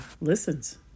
listens